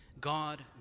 God